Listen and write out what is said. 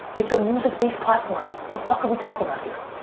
it's a music based platform the fuck are we talking about here?